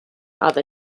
other